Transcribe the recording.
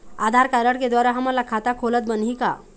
आधार card के द्वारा हमन ला खाता खोलत बनही का?